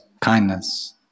kindness